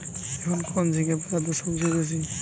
এখন কোন ঝিঙ্গের বাজারদর সবথেকে বেশি?